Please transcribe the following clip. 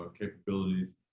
capabilities